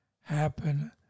happen